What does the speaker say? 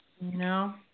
No